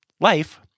life